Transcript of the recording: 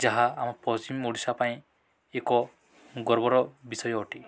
ଯାହା ଆମ ପଶ୍ଚିମ ଓଡ଼ିଶା ପାଇଁ ଏକ ଗର୍ବର ବିଷୟ ଅଟେ